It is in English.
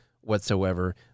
whatsoever